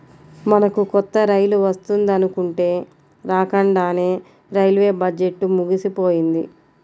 మనకు కొత్త రైలు వస్తుందనుకుంటే రాకండానే రైల్వే బడ్జెట్టు ముగిసిపోయింది